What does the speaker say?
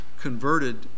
converted